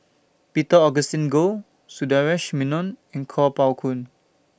Peter Augustine Goh Sundaresh Menon and Kuo Pao Kun